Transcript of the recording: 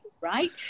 right